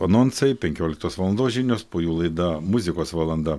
anonsai penkioliktos valandos žinios po jų laida muzikos valanda